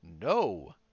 No